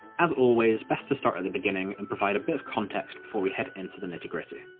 as always, best to start at the beginning, and provide a bit of context before we head into the nitty gritty.